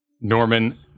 Norman